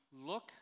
look